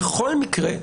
בכל מקרה,